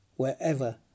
wherever